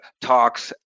talks